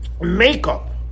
Makeup